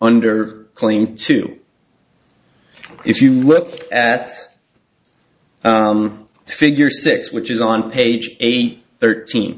under claim to if you look at the figure six which is on page eight thirteen